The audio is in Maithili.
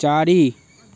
चारि